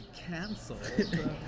canceled